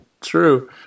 true